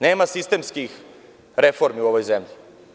Nema sistemskih reformi u ovoj zemlji.